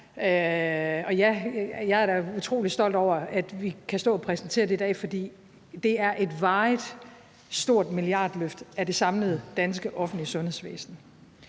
jeg er da utrolig stolt over, at vi kan stå og præsentere det i dag, fordi det er et varigt, stort milliardløft af det samlede danske offentlige sundhedsvæsen.